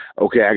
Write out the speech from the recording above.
Okay